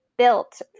built